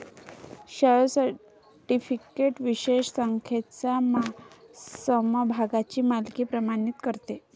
share certificate विशिष्ट संख्येच्या समभागांची मालकी प्रमाणित करते